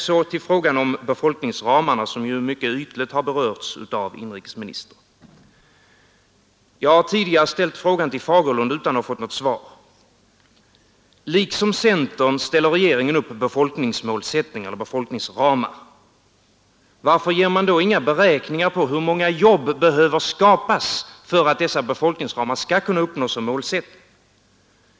Så till frågan om befolkningsramarna som mycket ytligt har berörts av inrikesministern. Jag har tidigare ställt en fråga till herr Fagerlund utan att ha fått något svar. Liksom centern ställer regeringen upp en befolkningsmålsättning eller befolkningsramar. Varför ger man då inga beräkningar på hur många jobb som behöver skapas för att målen i dessa befolkningsramar skall kunna uppnås?